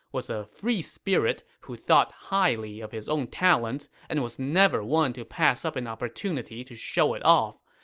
was a free spirit who thought highly of his own talents and was never one to pass up an opportunity to show it off,